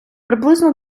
приблизно